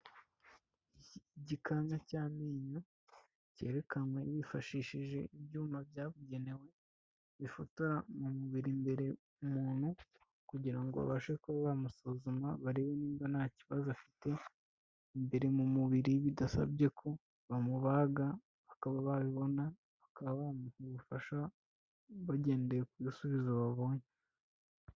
Igikanka cy'amenyo cyerekanwe yifashishije ibyuma byabugenewe bifotora mu mubiri imbere umuntu, kugira ngo babashe kuba bamusuzuma barebe niba nta kibazo afite imbere mu mubiri bidasabye ko bamubaga bakaba babibona, bakaba bamuha ubufasha bagendeye ku bisubizo babonye.